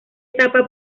etapa